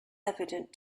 evident